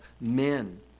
men